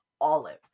Olive